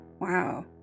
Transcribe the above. Wow